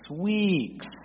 weeks